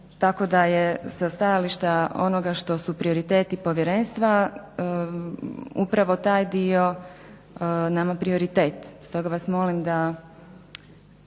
Tako da je sa stajališta onoga što su prioriteti povjerenstva upravo taj dio nama prioritet. Stoga vas molim da